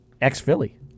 Ex-Philly